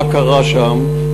מה קרה שם,